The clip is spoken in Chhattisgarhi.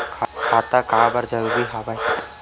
खाता का बर जरूरी हवे?